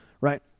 right